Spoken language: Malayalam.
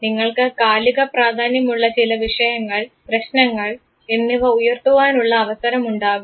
നിങ്ങൾക്ക് കാലികപ്രാധാന്യമുള്ള ചില വിഷയങ്ങൾ പ്രശ്നങ്ങൾ എന്നിവ ഉയർത്തുവാനുള്ള അവസരമുണ്ടാകും